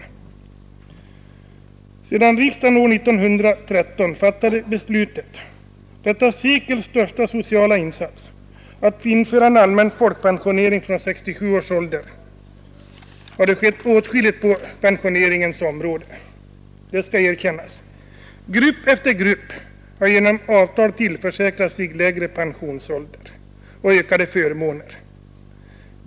Det skall erkännas att det sedan riksdagen år 1913 fattade beslutet, detta sekels största sociala insats, att införa en allmän folkpensionering från 67 års ålder har skett åtskilligt på pensioneringens område. Grupp efter grupp har genom avtal tillförsäkrat sig lägre pensionsålder och ökade förmåner.